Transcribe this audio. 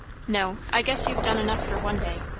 no. i guess you've done enough for one day.